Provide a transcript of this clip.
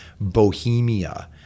Bohemia